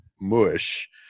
mush